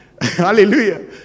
Hallelujah